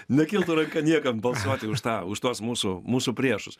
nekiltų ranka niekam balsuoti už tą už tuos mūsų mūsų priešus